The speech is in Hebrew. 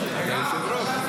אבל.